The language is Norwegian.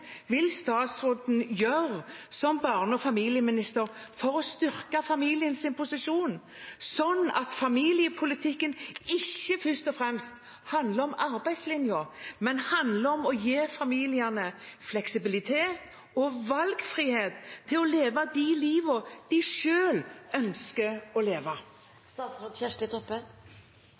vil statsråden gjøre som barne- og familieminister for å styrke familiens posisjon, sånn at familiepolitikken ikke først og fremst handler om arbeidslinjen, men om å gi familiene fleksibilitet og valgfrihet til å leve det livet de selv ønsker å